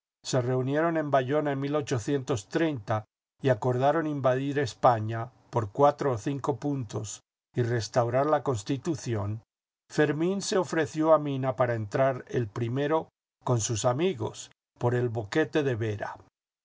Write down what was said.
se reunieron en bayona y acordaron invadir españa por cuatro o cinco puntos y restaurar la constitución fermín se ofreció a mina para entrar el primero con sus amigos por el boquete de vera